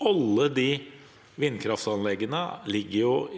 Alle vindkraftanleggene